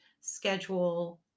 schedule